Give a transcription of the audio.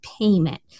payment